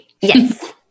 Yes